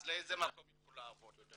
אז לאיזה מקום הם ילכו לעבוד?